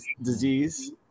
disease